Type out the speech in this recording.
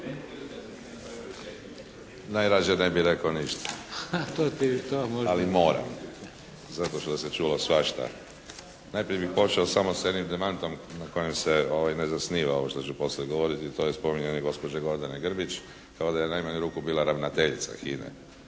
Najrađe ne bi rekao ništa, ali moram zato što sam čuo svašta. Najprije bi počeo samo sa jednim demantom na kojem se ne zasniva ovo što ću poslije govoriti, a to je spominjanje gospođe Gordane Grbić kao da je u najmanju ruku bila ravnateljica HINA-e.